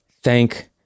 thank